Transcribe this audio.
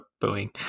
booing